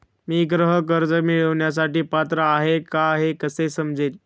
मी गृह कर्ज मिळवण्यासाठी पात्र आहे का हे कसे समजेल?